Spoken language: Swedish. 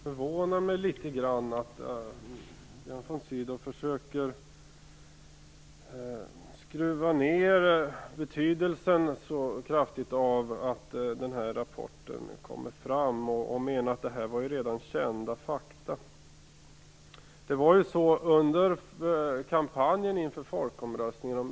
Fru talman! Det förvånar mig litet grand att Björn von Sydow så kraftigt försöker skruva ned betydelsen av att den här rapporten kommer fram. Han menar att detta redan var kända fakta.